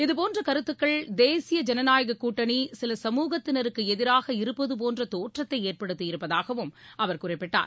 இதுபோன்ற கருத்துக்கள் தேசிய ஜனநாயக கூட்டணி சில சமூகத்தினருக்கு எதிராக இருப்பது போன்ற தோற்றத்தை ஏற்படுத்தியிருப்பதாகவும் அவர் குறிப்பிட்டார்